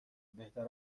بهتر